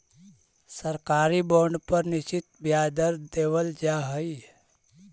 सरकारी बॉन्ड पर निश्चित ब्याज दर देवल जा हइ